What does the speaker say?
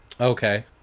Okay